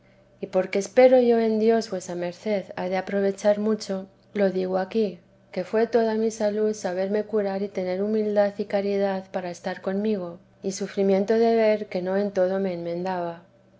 y porque espero yo en dios vuesa merced ha de aprovechar mucho lo digo aquí que fué toda mi salud saberme curar y tener humildad y caridad para estar comigo y sufrimiento de ver que no en todo me enmendaba